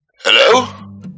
hello